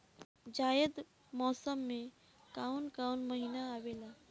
जायद मौसम में काउन काउन महीना आवेला?